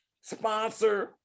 sponsor